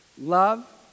love